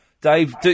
Dave